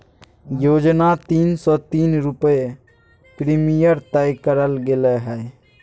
योजना तीन सो तीस रुपये प्रीमियम तय करल गेले हइ